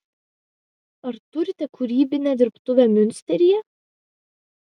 ar turite kūrybinę dirbtuvę miunsteryje